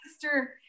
sister